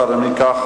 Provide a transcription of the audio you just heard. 17. אם כך,